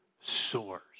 soars